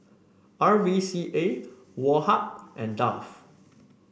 R V C A Woh Hup and Dove